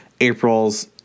April's